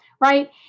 right